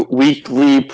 weekly